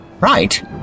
Right